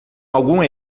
algum